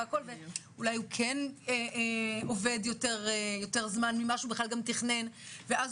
אולי הוא עובד יותר זמן ממה שהוא תכנן ואז